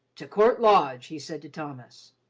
to court lodge, he said to thomas.